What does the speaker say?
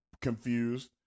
confused